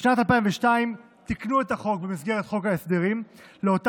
בשנת 2002 תיקנו את החוק במסגרת חוק ההסדרים לאותה